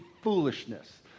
foolishness